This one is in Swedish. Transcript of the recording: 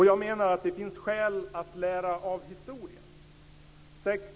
Jag menar att det finns skäl att lära av historien.